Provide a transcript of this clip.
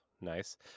nice